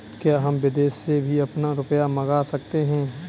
क्या हम विदेश से भी अपना रुपया मंगा सकते हैं?